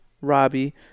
robbie